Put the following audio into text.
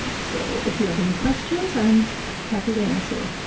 so if you have any questions i'm happy to answer.